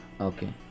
Okay